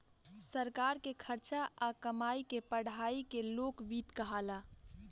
सरकार के खर्चा आ कमाई के पढ़ाई के लोक वित्त कहाला